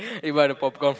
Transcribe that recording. you buy the popcorn